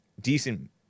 decent